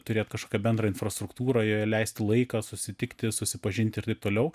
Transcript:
turėt kažkokią bendrą infrastruktūrą joje leisti laiką susitikti susipažinti ir taip toliau